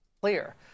Clear